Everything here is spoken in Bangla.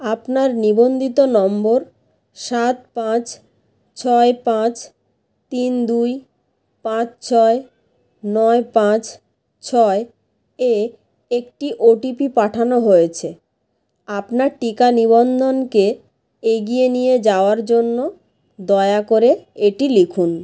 আপনার নিবন্ধিত নম্বর সাত পাঁচ ছয় পাঁচ তিন দুই পাঁচ ছয় নয় পাঁচ ছয় এ একটি ওটিপি পাঠানো হয়েছে আপনার টিকা নিবন্ধনকে এগিয়ে নিয়ে যাওয়ার জন্য দয়া করে এটি লিখুন